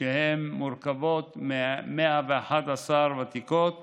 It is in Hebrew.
והן מורכבות מ-111 ותיקות